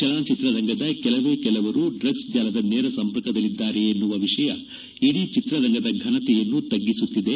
ಚಲನಚಿತ್ರ ರಂಗದ ಕೆಲವೇ ಕೆಲವರು ಡ್ರಗ್ಲ್ ಜಾಲದ ನೇರ ಸಂಪರ್ಕದಲ್ಲಿದ್ದಾರೆ ಎನ್ನುವ ವಿಷಯ ಇಡೀ ಚಿತ್ರರಂಗದ ಘನತೆಯನ್ನು ತಗ್ಗಿಸುತ್ತಿದೆ